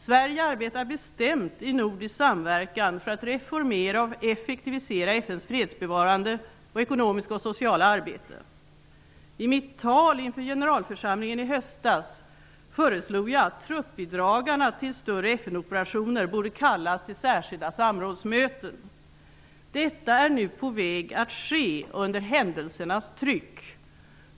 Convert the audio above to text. Sverige arbetar i nordisk samverkan bestämt för att reformera och effektivisera FN:s fredsbevarande, ekonomiska och sociala arbete. I mitt tal inför generalförsamlingen i höstas föreslog jag att truppbidragarna till större FN-operationer borde kallas till särskilda samrådsmöten. Detta är nu på väg att ske under händelsernas tryck.